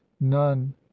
none